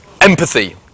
Empathy